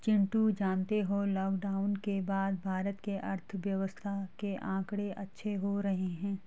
चिंटू जानते हो लॉकडाउन के बाद भारत के अर्थव्यवस्था के आंकड़े अच्छे हो रहे हैं